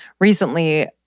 recently